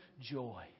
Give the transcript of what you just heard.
joy